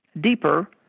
deeper